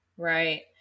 Right